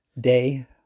day